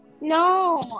No